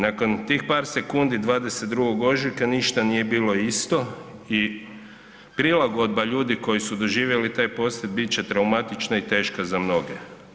Nakon tih par sekundi 22. ožujka ništa nije bilo isto i prilagodba ljudi koji su doživjeli taj potres bit će traumatična i teška za mnoge.